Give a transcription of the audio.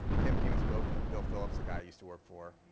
tim came and spoke, and then bill phillips, a guy i used to work for